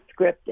scripted